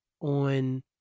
On